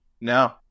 No